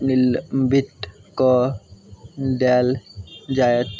निलम्बित कऽ देल जाएत